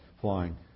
flying